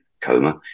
coma